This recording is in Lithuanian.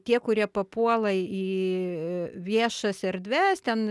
tie kurie papuola į viešas erdves ten